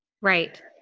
Right